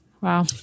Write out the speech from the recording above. Wow